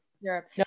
Europe